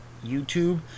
YouTube